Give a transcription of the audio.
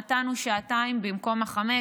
נתנו שעתיים במקום החמש.